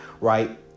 right